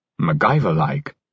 MacGyver-like